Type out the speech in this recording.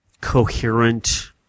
coherent